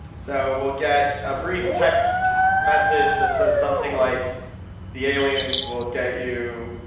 so we'll get a brief text message that says something like the aliens will get you,